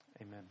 Amen